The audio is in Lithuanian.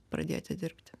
pradėti dirbti